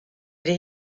ydy